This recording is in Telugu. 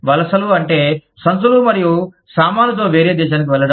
వలసలు అంటే సంచులు మరియు సామానుతో వేరే దేశానికి వెళ్ళడం